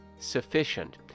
sufficient